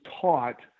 taught